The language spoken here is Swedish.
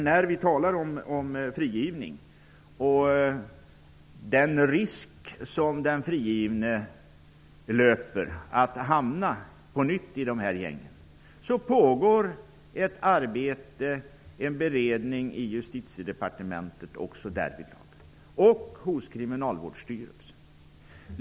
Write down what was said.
När vi talar om frigivning och den risk som den frigivne löper att på nytt hamna i gäng pågår ett arbete, en beredning, i Justitiedepartementet och hos Kriminalvårdsstyrelsen.